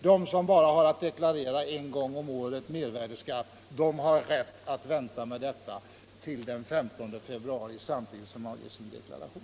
De som bara har att deklarera mervärdeskatt en gång om året har rätt att vänta med detta till den 15 februari, samtidigt som de avger sin deklaration.